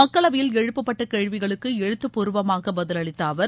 மக்களவையில் எழுப்பப்பட்ட கேள்விகளுக்கு எழுத்தப்பூர்வமாக பதிலளித்த அவர்